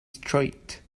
straight